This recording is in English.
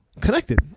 connected